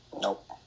Nope